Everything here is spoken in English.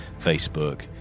Facebook